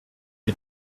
est